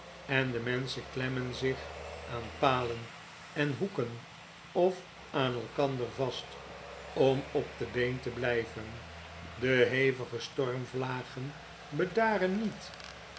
en de menschen klemmen zich aan palen en hoeken of aan elkander vast om op de been te blijven de hevige stormvlagen bedaren niet